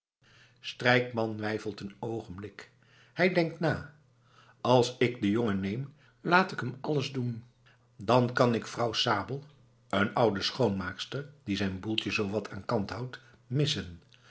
strijkman weifelt een oogenblik hij denkt na als ik den jongen neem laat ik hem alles doen dan kan ik vrouw sabel een oude schoonmaakster die zijn boeltje zoo wat aan kant houdt